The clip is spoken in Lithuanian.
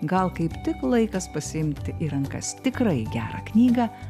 gal kaip tik laikas pasiimt į rankas tikrai gerą knygą